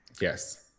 Yes